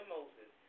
Moses